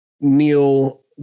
Neil